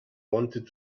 wanted